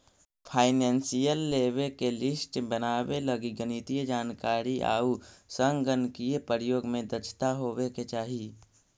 financial लेवे के list बनावे लगी गणितीय जानकारी आउ संगणकीय प्रयोग में दक्षता होवे के चाहि